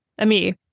Ami